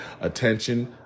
attention